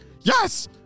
yes